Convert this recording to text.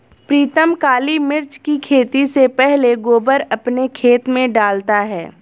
प्रीतम काली मिर्च की खेती से पहले गोबर अपने खेत में डालता है